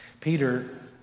Peter